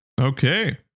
Okay